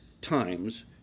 times